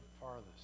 farthest